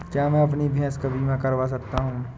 क्या मैं अपनी भैंस का बीमा करवा सकता हूँ?